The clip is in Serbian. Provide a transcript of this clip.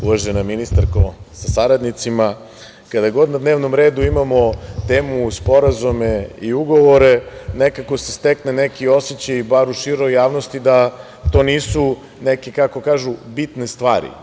Uvažena ministarko sa saradnicima, kada god na dnevnom redu imamo temu sporazume i ugovore, nekako se stekne neki osećaj, bar u široj javnosti, da to nisu neke, kako kažu, bitne stvari.